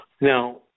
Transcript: Now